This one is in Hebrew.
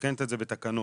מתקנת את זה בתקנות.